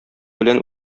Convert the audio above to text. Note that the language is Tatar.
белән